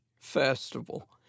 festival